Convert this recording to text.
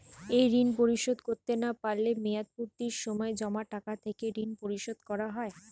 এই ঋণ পরিশোধ করতে না পারলে মেয়াদপূর্তির সময় জমা টাকা থেকে ঋণ পরিশোধ করা হয়?